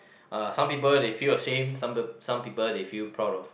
uh some people they feel ashame some peop~ some people they feel proud of